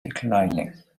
declining